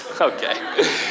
Okay